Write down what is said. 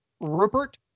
Rupert